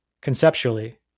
conceptually